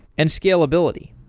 and scalability.